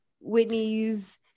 Whitney's